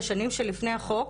בשנים שלפני החוק,